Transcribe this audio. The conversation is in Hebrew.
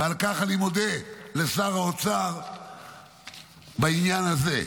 ועל כך אני מודה לשר האוצר בעניין הזה,